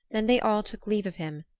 then they all took leave of him,